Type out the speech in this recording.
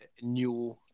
new